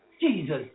Jesus